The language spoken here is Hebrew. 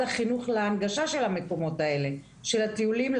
החינוך להנגשה של המקומות האלה של הטיולים,